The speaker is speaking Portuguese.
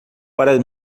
para